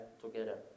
together